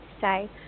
say